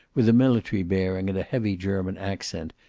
with a military bearing and a heavy german accent,